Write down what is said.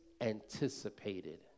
anticipated